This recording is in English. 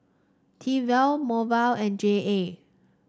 Tefal Hormel and J A